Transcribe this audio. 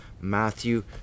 Matthew